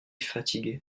fatigué